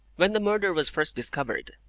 when the murder was first discovered,